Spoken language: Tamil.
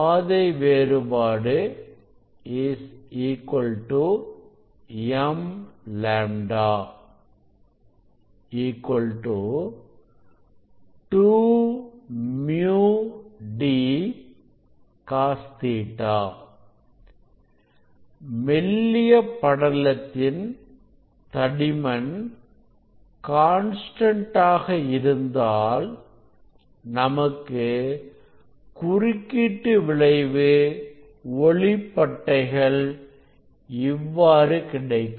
பாதை வேறுபாடு m λ 2 µ d Cos Ɵ மெல்லிய படலத்தின் தடிமன் கான்ஸ்டன்ட் ஆக இருந்தால் நமக்கு குறுக்கீட்டு விளைவு ஒளி பட்டைகள் இவ்வாறுகிடைக்கும்